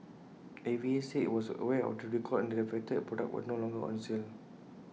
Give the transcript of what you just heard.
A V A said IT was aware of the recall and that the affected products were no longer on sale